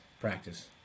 practice